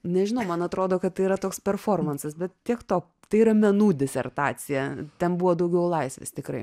nežinau man atrodo kad tai yra toks performansas bet tiek to tai yra menų disertacija ten buvo daugiau laisvės tikrai